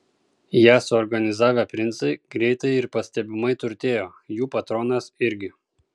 ją suorganizavę princai greitai ir pastebimai turtėjo jų patronas irgi